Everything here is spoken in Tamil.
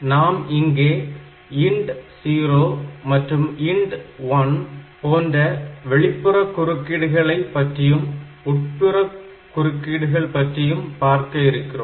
நாம் இங்கே INT0 மற்றும் INT1 போன்ற வெளிப்புற குறுக்கீடுகளை பற்றியும் உட்புறக் குறுக்கீடு பற்றியும் பார்க்க இருக்கிறோம்